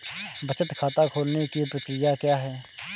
बचत खाता खोलने की प्रक्रिया क्या है?